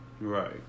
Right